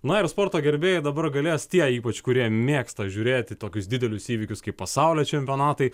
na ir sporto gerbėjai dabar galės tie ypač kurie mėgsta žiūrėti tokius didelius įvykius kaip pasaulio čempionatai